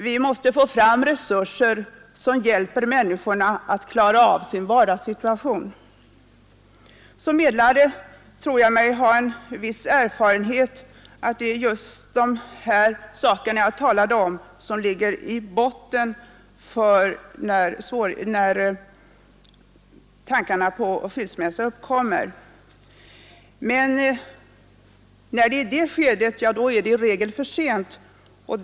Vi måste få fram resurser som hjälper människorna att klara av sin vardagssituation. Som medlare tror jag mig ha en viss erfarenhet av att det är just de saker jag talat om som ligger i botten när tankarna på skilsmässa uppkommer. Men i det skedet är det i regel för sent att rädda äktenskapet.